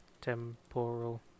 temporal